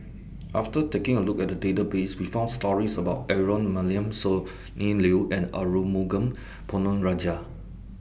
after taking A Look At The Database We found stories about Aaron Maniam Sonny Liew and Arumugam Ponnu Rajah